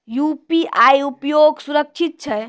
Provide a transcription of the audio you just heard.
UPI उपयोग सुरक्षित छै?